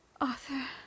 Arthur